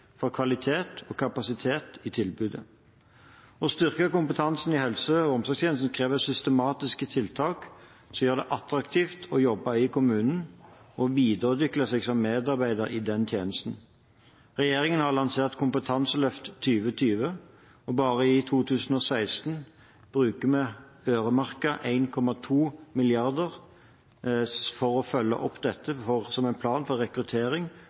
for kvalitet og kapasitet i tilbudet. Å styrke kompetansen i helse- og omsorgstjenesten krever systematiske tiltak som gjør det attraktivt å jobbe i kommunen og videreutvikle seg som medarbeider i den tjenesten. Regjeringen har lansert Kompetanseløft 2020, og bare i 2016 bruker vi øremerket 1,2 mrd. kr for å følge opp dette som en plan for rekruttering,